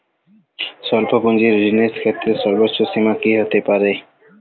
স্বল্প পুঁজির ঋণের ক্ষেত্রে সর্ব্বোচ্চ সীমা কী হতে পারে?